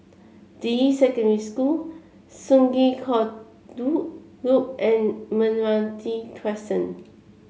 Deyi Secondary School Sungei Kadut Loop and Meranti Crescent